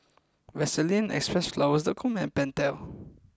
Vaseline Xpressflower dot com and Pentel